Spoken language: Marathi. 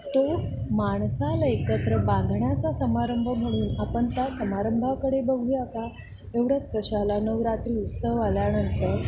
तो माणसाला एकत्र बांधण्याचा समारंभ म्हणून आपण त्या समारंभाकडे बघूया का एवढंच कशाला नवरात्री उत्सव आल्यानंतर